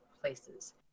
places